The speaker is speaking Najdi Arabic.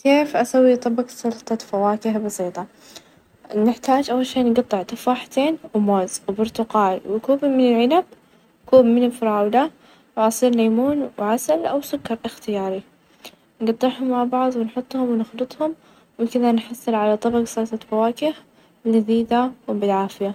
تنظيم عدد كبير من الكتب، نبدأ أول شيء بفرز الكتب ،وبعدين نحدد المساحة وننظم حسب الحجم ،أو اللون نستخدم الفواصل أيضًا ،وتدوين القائمة، تجديد التنظيم، وبهذي الطريقة راح تكون كتبت مرتبة، وسهلة الوصول لها.